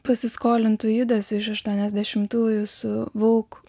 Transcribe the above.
pasiskolintu judesiu iš aštuoniasdešimtųjų su vouk